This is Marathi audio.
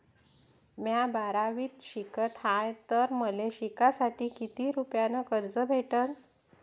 म्या बारावीत शिकत हाय तर मले शिकासाठी किती रुपयान कर्ज भेटन?